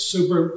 Super